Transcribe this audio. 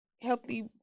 healthy